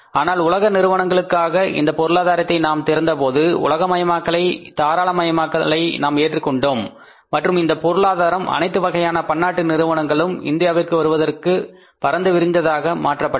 ஆனால் உலகப் நிறுவனங்களுக்காக இந்த பொருளாதாரத்தை நாம் திறந்தபோது உலகமயமாக்கலை தாராளமயமாக்கலை நாம் ஏற்றுக்கொண்டோம் மற்றும் இந்த பொருளாதாரம் அனைத்து வகையான பன்னாட்டு நிறுவனங்களும் இந்தியாவிற்கு வருவதற்காக பரந்து விரிந்ததாக மாற்றப்பட்டது